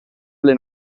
alle